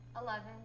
eleven